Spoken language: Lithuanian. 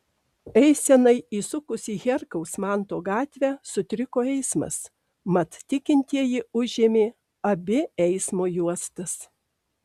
eisenai įsukus į herkaus manto gatvę sutriko eismas mat tikintieji užėmė abi eismo juostas